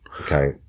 okay